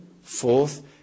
fourth